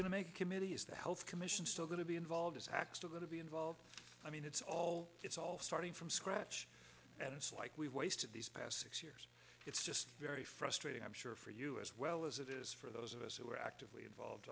to make committee is the health commission still going to be involved is hack still going to be involved i mean it's all it's all starting from scratch and it's like we've wasted these past six years it's just very frustrating i'm sure for you as well as it is for those of us who are actively involved